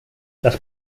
las